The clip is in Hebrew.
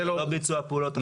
זה לא ביצוע פעולות אכיפה.